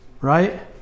right